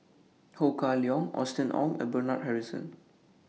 Ho Kah Leong Austen Ong and Bernard Harrison